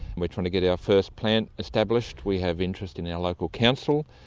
we're trying to get our first plant established, we have interest in our local council,